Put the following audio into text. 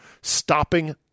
Stopping